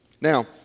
Now